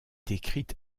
décrite